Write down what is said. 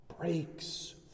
breaks